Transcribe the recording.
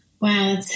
Wow